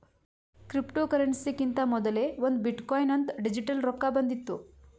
ಕ್ರಿಪ್ಟೋಕರೆನ್ಸಿಕಿಂತಾ ಮೊದಲೇ ಒಂದ್ ಬಿಟ್ ಕೊಯಿನ್ ಅಂತ್ ಡಿಜಿಟಲ್ ರೊಕ್ಕಾ ಬಂದಿತ್ತು